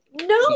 No